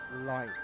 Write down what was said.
light